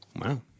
Wow